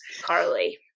Carly